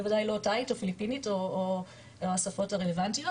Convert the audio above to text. בוודאי לא תאית או פיליפינית או השפות הרלבנטיות,